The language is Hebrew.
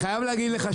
אני חייב להגיד לך,